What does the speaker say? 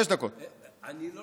אני לא